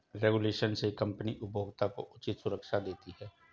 regulation से company उपभोक्ता को उचित सुरक्षा देती है